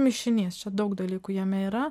mišinys čia daug dalykų jame yra